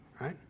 right